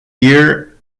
year